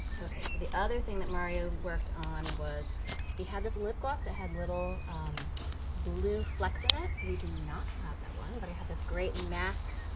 okay, so the other thing that mario worked on was he had this lip gloss that had little blue flecks in it, we do not have that one, but i have this great mac,